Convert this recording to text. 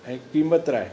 ऐं कीमत राय